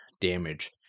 damage